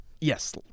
Yes